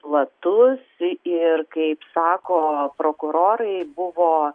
platus ir kaip sako prokurorai buvo